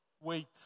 wait